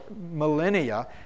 millennia